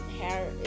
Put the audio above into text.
hair